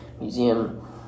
Museum